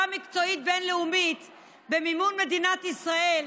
מקצועית בין-לאומית במימון מדינת ישראל,